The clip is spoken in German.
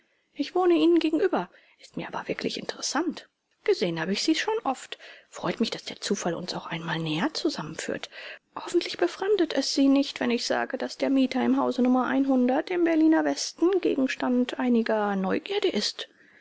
ich wohne ihnen gegenüber ist mir aber wirklich interessant gesehen habe ich sie schon oft freut mich daß der zufall uns auch einmal näher zusammenführt hoffentlich befremdet es sie nicht wenn ich sage daß der mieter im hause nummer einhundert im berliner westen gegenstand einiger neugierde ist